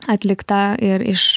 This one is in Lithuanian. atlikta ir iš